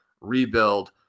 rebuild